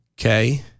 Okay